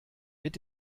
mit